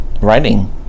writing